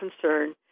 concern